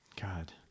God